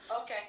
Okay